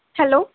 hello